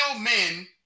men